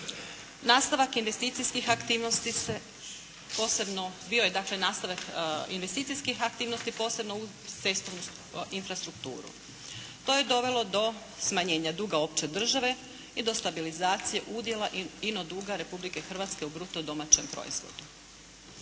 nastavak investicijskih aktivnosti posebno u cestovnu infrastrukturu. To je dovelo do smanjenja duga opće države i do stabilizacije udjela ino duga Republike Hrvatske u bruto domaćem proizvodu.